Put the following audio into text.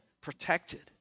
protected